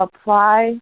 apply